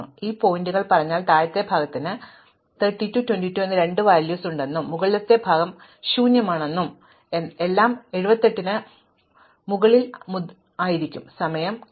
അതിനാൽ ഈ പോയിന്റ് പറഞ്ഞാൽ താഴത്തെ ഭാഗത്തിന് 32 22 എന്നീ രണ്ട് മൂല്യങ്ങളുണ്ടെന്നും മുകളിലെ ഭാഗം ശൂന്യമാണെന്നും എല്ലാം 78 മുതൽ ആയിരിക്കും സമയം കാണുക 0751